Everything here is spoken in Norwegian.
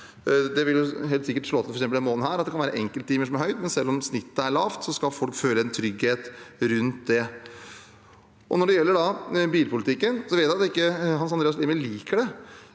Det vil helt sikkert slå til f.eks. denne måneden, at det er enkelttimer som er høye, men selv om snittet er lavt, skal folk føle en trygghet rundt det. Når det gjelder bilpolitikken, vet jeg at Hans Andreas Limi ikke liker det